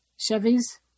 Chevy's